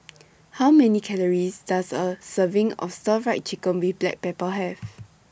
How Many Calories Does A Serving of Stir Fry Chicken with Black Pepper Have